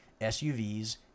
SUVs